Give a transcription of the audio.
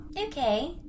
Okay